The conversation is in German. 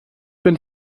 bin